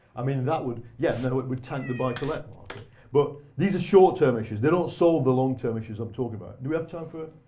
i mean, that would yeah, no. it would tank the buy-to-let market. but these are short-term issues. they don't solve the long-term issues i'm talking about. do we have time for